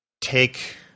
take